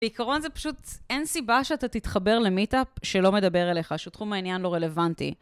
בעיקרון זה פשוט, אין סיבה שאתה תתחבר למיטאפ שלא מדבר אליך, שהוא תחום מעניין לא רלוונטי.